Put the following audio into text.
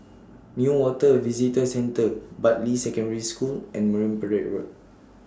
Newater Visitor Centre Bartley Secondary School and Marine Parade Road